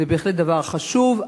זה בהחלט דבר חשוב,